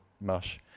mush